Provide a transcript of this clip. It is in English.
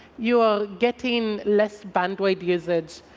you're getting less bandwidth usage,